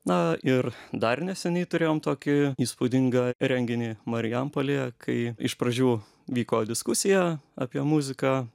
na ir dar neseniai turėjom tokį įspūdingą renginį marijampolėje kai iš pradžių vyko diskusija apie muziką